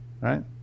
Right